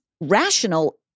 rational